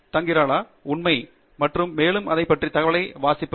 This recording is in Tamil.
துங்கிராலா உண்மை மற்றும் மேலும் எதைப் பற்றிய தகவலை வாசிப்பது